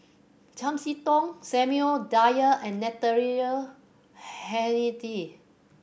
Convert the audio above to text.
Chiam See Tong Samuel Dyer and Natalie Hennedige